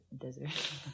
desert